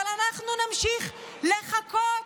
אבל אנחנו נמשיך לחכות.